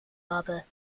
harbour